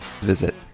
visit